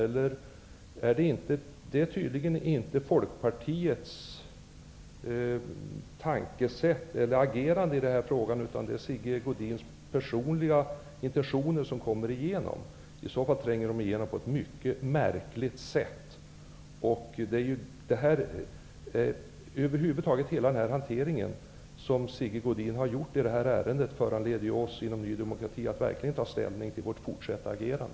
Det är tydligen inte Folkpartiets tänkesätt som det här är fråga om, utan det är Sigge Godins personliga intentioner som kommer fram. Men de tränger fram på ett mycket märkligt sätt. Över huvud taget föranleder Sigge Godins hantering av det här ärendet i dess helhet oss i Ny demokrati att ta ställning när det gäller vårt fortsatta agerande.